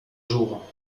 jours